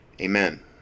amen